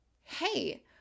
hey